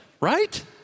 Right